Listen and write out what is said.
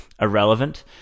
irrelevant